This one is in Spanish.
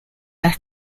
las